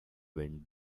wind